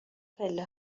پله